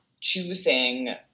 choosing